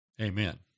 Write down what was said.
Amen